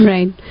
Right